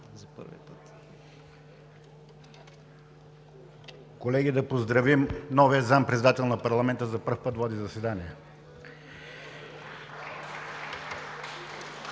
Колеги, да поздравим новия Заместник-председател на парламента – за пръв път води заседание.